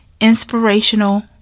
inspirational